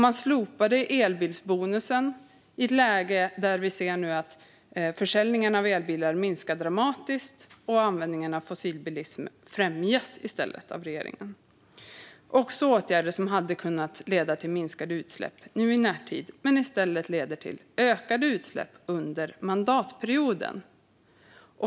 Man slopar elbilsbonusen i ett läge där försäljningen av elbilar minskar dramatiskt. Användningen av fossilbilar främjas i stället av regeringen. Det finns åtgärder som hade kunnat leda till minskade utsläpp i närtid, men nu är det i stället åtgärder som leder till ökade utsläpp under mandatperioden.